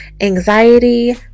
anxiety